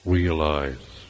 Realize